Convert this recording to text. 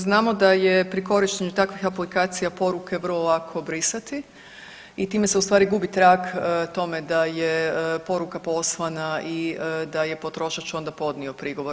Znamo da je pri korištenju takvih aplikacija poruke vrlo lako obrisati i time se ustvari gubi trag tome da je poruka poslana i da je potrošač onda podnio prigovor.